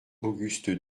auguste